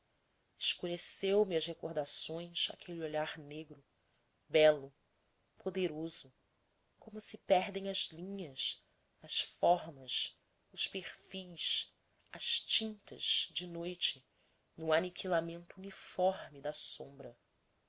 escureceu me as recordações aquele olhar negro belo poderoso como se perdem as linhas as formas os perfis as tintas de noite no aniquilamento uniforme da sombra